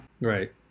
right